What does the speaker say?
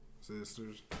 sisters